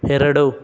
ಎರಡು